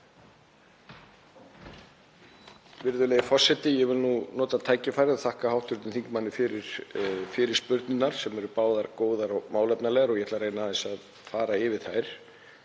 Virðulegi forseti. Ég vil nota tækifærið og þakka hv. þingmanni fyrir fyrirspurnirnar, sem eru báðar góðar og málefnalegar. Ég ætla að reyna að fara yfir þær.